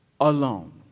alone